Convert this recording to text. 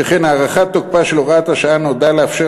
שכן הארכת תוקפה של הוראת השעה נועדה לאפשר